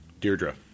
deirdre